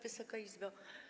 Wysoka Izbo!